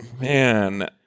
Man